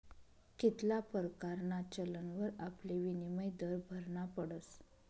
कित्ला परकारना चलनवर आपले विनिमय दर भरना पडस